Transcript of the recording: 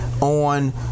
on